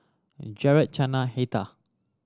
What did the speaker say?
Gerard Chana Heather